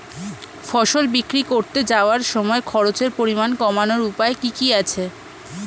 ফসল বিক্রি করতে যাওয়ার সময় খরচের পরিমাণ কমানোর উপায় কি কি আছে?